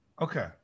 Okay